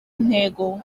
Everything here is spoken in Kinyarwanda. intego